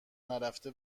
نرفته